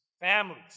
families